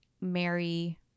marry